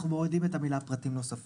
אנחנו מורידים את צמד המילים "פרטים נוספים",